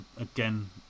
again